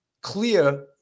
clear